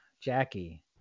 Jackie